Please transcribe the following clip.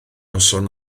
noson